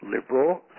liberal